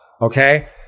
okay